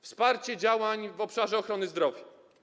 Wsparcie działań w obszarze ochrony zdrowia.